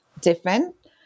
different